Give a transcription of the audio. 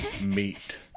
Meat